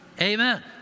Amen